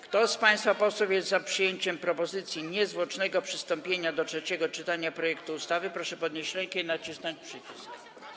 Kto z państwa posłów jest za przyjęciem propozycji niezwłocznego przystąpienia do trzeciego czytania projektu ustawy, proszę podnieść rękę i nacisnąć przycisk.